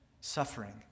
suffering